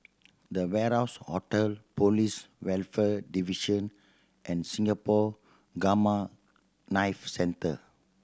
The Warehouse Hotel Police Welfare Division and Singapore Gamma Knife Centre